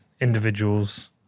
individuals